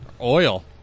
Oil